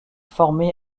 formé